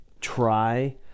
try